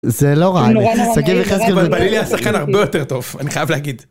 זה לא רע, שגיב יחזקאל... -בלילי היה שחקן הרבה יותר טוב, אני חייב להגיד.